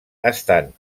estant